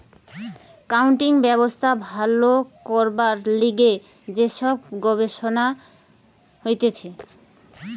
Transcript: accounting ব্যবস্থা ভালো করবার লিগে যে সব গবেষণা হতিছে